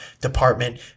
department